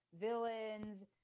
villains